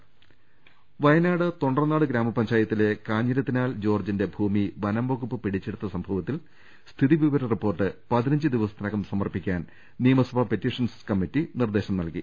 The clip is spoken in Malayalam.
രദ്ദേഷ്ടങ വയനാട് തൊണ്ടർനാട് ഗ്രാമപഞ്ചായത്തിലെ കാഞ്ഞിരത്തിനാൽ ജോർജ്ജിന്റെ ഭൂമി വനംവകുപ്പ് പിടിച്ചെടുത്ത സംഭവത്തിൽ സ്ഥിതിവിവര റിപ്പോർട്ട് പതിനഞ്ച് ദിവസത്തിനകം സമർപ്പിക്കാൻ നിയമസഭാ പെറ്റീഷൻ സമിതി നിർദ്ദേശം നൽകി